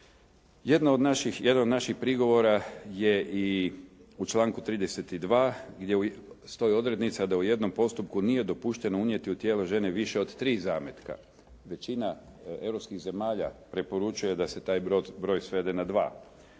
Jedan od naših prigovora je i u članku 32. gdje stoji odrednica da u jednom postupku nije dopušteno unijeti u tijelo žene više od tri zametka. Većina europskih zemalja preporučuje da se taj broj svede na dva.